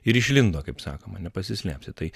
ir išlindo kaip sakoma nepasislėpsi tai